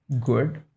good